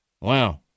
Wow